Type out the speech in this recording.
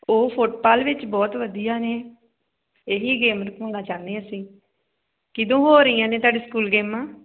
ਉਹ ਫੁੱਟਬਾਲ ਵਿੱਚ ਬਹੁਤ ਵਧੀਆ ਨੇ ਇਹ ਹੀ ਗੇਮ ਰਖਵਾਉਣਾ ਚਾਹੁੰਦੇ ਅਸੀਂ ਕਦੋਂ ਹੋ ਰਹੀਆਂ ਨੇ ਤੁਹਾਡੇ ਸਕੂਲ ਗੇਮਾਂ